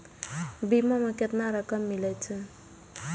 बीमा में केतना रकम मिले छै?